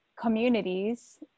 communities